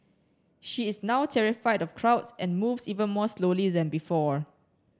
she is now terrified of crowds and moves even more slowly than before